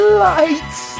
lights